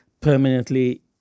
permanently